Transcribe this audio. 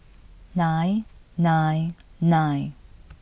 nine nine nine